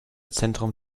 zentrum